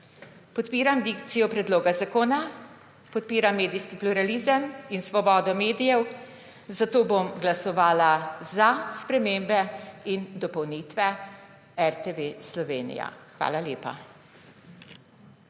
Podpiram dikcijo predloga zakona, podpiram medijski pluralizem in svobodo medijev, zato bom glasovala za spremembe in dopolnitve RTV Slovenija. Hvala lepa.